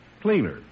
cleaner